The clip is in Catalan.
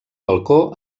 balcó